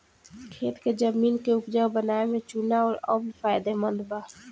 खेत के जमीन के उपजाऊ बनावे में चूना अउर अम्ल फायदेमंद बा